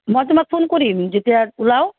মই তোমাক ফোন কৰিম যেতিয়া ওলাওঁ